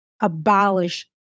abolish